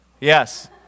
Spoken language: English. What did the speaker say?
Yes